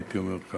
הייתי אומר ככה.